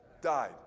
died